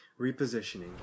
repositioning